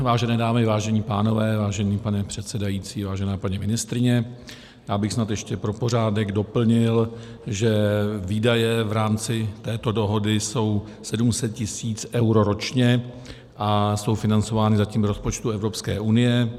Vážené dámy, vážení pánové, vážený pane předsedající, vážená paní ministryně, já bych snad ještě pro pořádek doplnil, že výdaje v rámci této dohody jsou 700 tisíc eur ročně a jsou financovány zatím z rozpočtu EU.